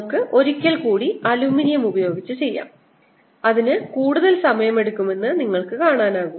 നമുക്ക് ഒരിക്കൽക്കൂടി അലൂമിനിയം ഉപയോഗിച്ച് ചെയ്യാം അതിന് കൂടുതൽ സമയം എടുക്കുമെന്ന് നിങ്ങൾ കാണുന്നു